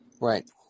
Right